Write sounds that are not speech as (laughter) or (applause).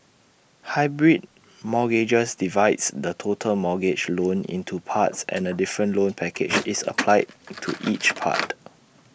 hybrid mortgages divides the total mortgage loan into parts and A different (noise) loan package is applied to each part